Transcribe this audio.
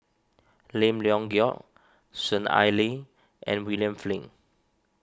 Lim Leong Geok Soon Ai Ling and William Flint